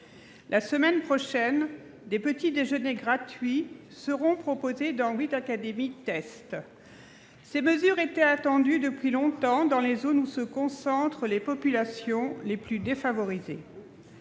La semaine prochaine, des petits-déjeuners gratuits seront proposés dans huit académies tests. Ces mesures étaient attendues depuis longtemps dans les zones où se concentrent les populations les plus défavorisées.